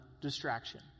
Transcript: distraction